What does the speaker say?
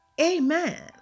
Amen